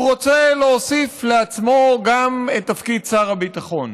הוא רוצה להוסיף לעצמו גם את תפקיד שר הביטחון.